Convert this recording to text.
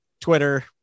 Twitter